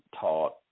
taught